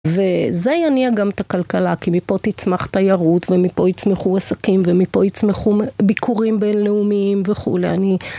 וזה יניע גם את הכלכלה, כי מפה תצמח תיירות, ומפה יצמחו עסקים, ומפה יצמחו ביקורים בינלאומיים וכולי.